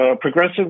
progressive